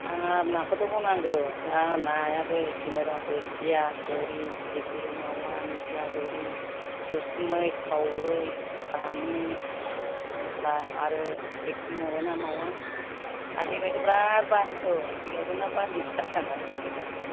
हाब नाखौथ' बुंनांगौ जा नायाबो जि मोजां बोथिया थुरि फिथिग्रि मावा निस्ला गोरि खावै बामि निस्ला आरो फिथिख्रि मोनो ना मावा आरो देग्लायथ' बिराद औ देग्लायथ' ना बारलि फिसा फिसा नोगोद फैखादों